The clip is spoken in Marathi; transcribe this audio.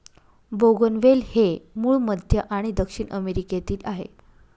बोगनवेल हे मूळ मध्य आणि दक्षिण अमेरिकेतील आहे